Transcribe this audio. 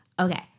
okay